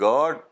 God